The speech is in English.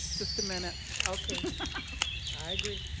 just a minute. i agree.